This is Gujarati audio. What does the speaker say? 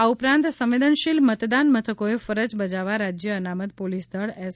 આ ઉપરાંત સંવેદનશીલ મતદાન મથકોએ ફરજ બજાવવા રાજ્ય અનામત પોલીસદળ એસ